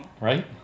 Right